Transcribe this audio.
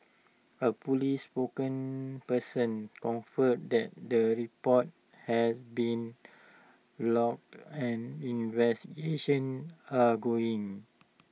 A Police spokesperson confirmed that the report has been lodged and investigations are going